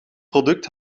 product